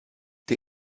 der